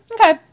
Okay